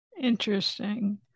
Interesting